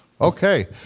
Okay